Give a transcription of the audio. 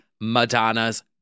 Madonna's